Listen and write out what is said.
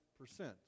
percent